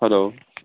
hello